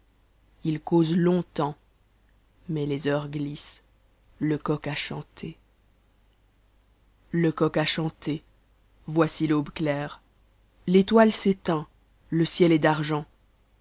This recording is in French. ils causentiongtemps mais les heures glissent le coq a chanté le coq a chanté voici t'aube claire l'étoile s'éteint le ciel est d'argent